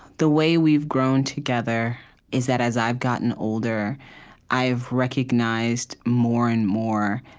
the way we've grown together is that as i've gotten older i have recognized, more and more,